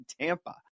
Tampa